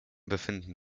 befinden